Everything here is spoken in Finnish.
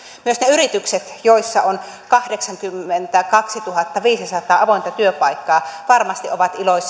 ne yritykset joissa on kahdeksankymmentäkaksituhattaviisisataa avointa työpaikkaa varmasti ovat iloisia